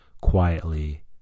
Quietly